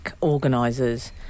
organisers